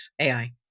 AI